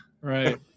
Right